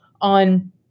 on